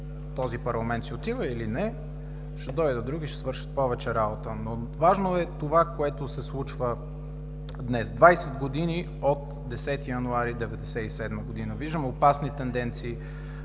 този парламент си отива, или не, ще дойдат други и ще свършат повече работа. Но важно е това, което се случва днес – 20 години от 10 януари 1997 г. Виждам опасни тенденции,